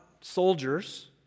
soldiers